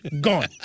gone